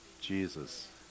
Jesus